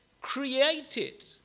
created